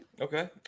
Okay